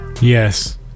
yes